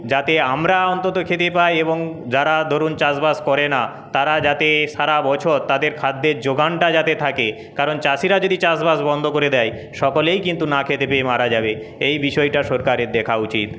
যাতে আমরা অন্তত খেতে পাই এবং যারা ধরুন চাষবাস করে না তারা যাতে সারা বছর তাদের খাদ্যের জোগানটা যাতে থাকে কারণ চাষিরা যদি চাষবাস বন্ধ করে দেয় সকলেই কিন্তু না খেতে পেয়ে মারা যাবে এই বিষয়টা সরকারের দেখা উচিত